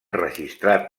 registrat